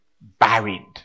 buried